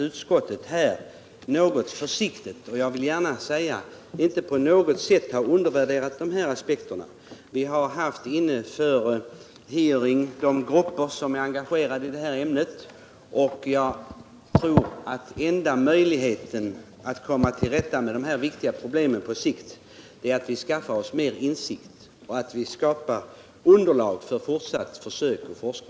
Utskottet har inte undervärderat de aspekter som framkommit utan haft inne på hearing olika grupper som engagerat sig i ämnet. Jag tror att enda möjligheten att komma till rätta med dessa viktiga problem på sikt är att vi skaffar oss mer insikt och skapar underlag för Nr 54